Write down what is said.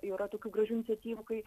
yra tokių gražių iniciatyvų kai